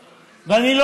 אני רוצה לברך,